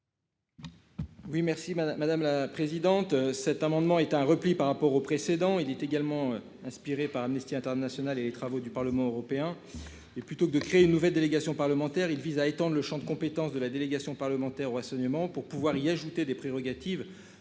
madame, madame la présidente. Cet amendement est un repli par rapport au précédent, il était également inspiré par Amnesty International et les travaux du Parlement européen. Et plutôt que de créer une nouvelle délégation parlementaire, il vise à étendre le Champ de compétence de la délégation parlementaire ou saignements pour pouvoir y ajouter des prérogatives